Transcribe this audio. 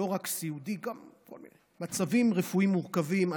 לא רק סיעודי אלא גם כל מיני מצבים רפואיים מורכבים,